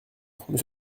monsieur